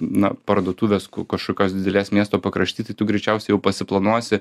na parduotuvės kažkokios didelės miesto pakrašty tai tu greičiausiai jau pasiplanuosi